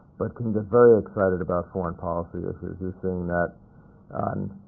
but can get very excited about foreign policy issues. you're seeing that on